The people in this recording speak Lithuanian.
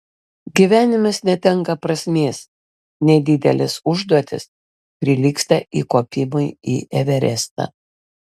gyvenimas netenka prasmės nedidelės užduotys prilygsta įkopimui į everestą